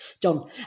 John